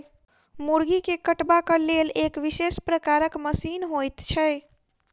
मुर्गी के कटबाक लेल एक विशेष प्रकारक मशीन होइत छै